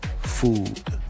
food